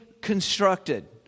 constructed